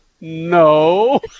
no